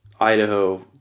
Idaho